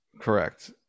Correct